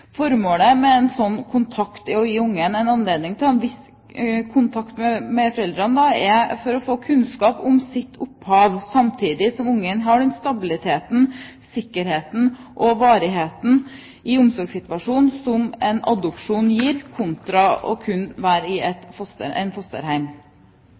Formålet med en slik kontakt er å gi barnet anledning til å ha en viss kontakt med biologiske foreldre og dermed få kunnskap om sitt opphav, samtidig som barnet får den stabiliteten, sikkerheten og varigheten i omsorgssituasjonen som en adopsjon gir, kontra det å være i